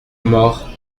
mort